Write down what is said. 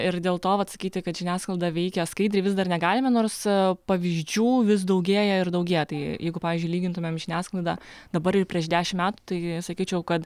ir dėl to vat sakyti kad žiniasklaida veikia skaidriai vis dar negalime nors pavyzdžių vis daugėja ir daugėja tai jeigu pavyzdžiui lygintumėm žiniasklaidą dabar ir prieš dešimt metų tai sakyčiau kad